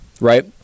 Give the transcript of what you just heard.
right